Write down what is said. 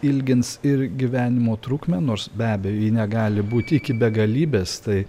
ilgins ir gyvenimo trukmę nors be abejo ji negali būt iki begalybės tai